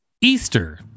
easter